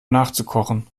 nachzukochen